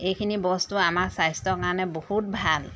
এইখিনি বস্তু আমাৰ স্বাস্থ্যৰ কাৰণে বহুত ভাল